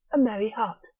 a merry heart.